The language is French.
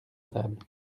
table